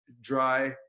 dry